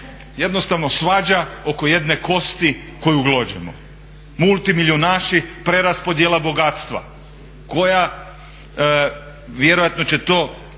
jednostavno svađa oko jedne kosti koju glođemo. Multimilijunaši preraspodjela bogatstva koja vjerojatno će to